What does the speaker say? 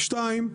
שתיים,